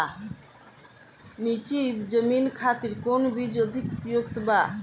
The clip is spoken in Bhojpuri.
नीची जमीन खातिर कौन बीज अधिक उपयुक्त बा?